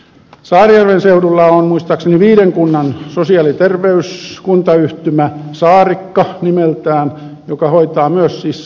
saarijärven seudulla on muistaakseni viiden kunnan sosiaali ja terveyskuntayhtymä saarikka nimeltään joka hoitaa myös siis sosiaalipuolen tehtävät